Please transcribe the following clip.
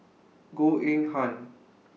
Goh Eng Han